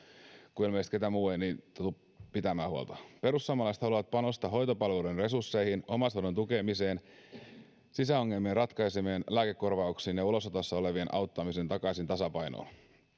kun ilmeisesti kukaan muu ei heistä tule pitämään huolta perussuomalaiset haluavat panostaa hoitopalveluiden resursseihin omaishoidon tukemiseen sisäilmaongelmien ratkaisemiseen lääkekorvauksiin ja ulosotossa olevien auttamiseen takaisin tasapainoon